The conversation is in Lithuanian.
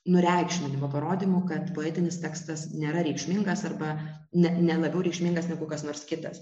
nureikšminimo parodymu kad poetinis tekstas nėra reikšmingas arba ne nelabiau reikšmingas negu kas nors kitas